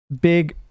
big